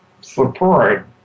support